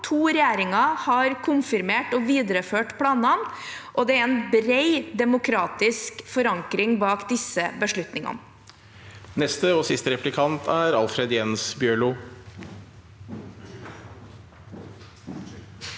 To regjeringer har konfirmert og videreført planene, og det er en bred demokratisk forankring bak disse beslutningene. Alfred Jens Bjørlo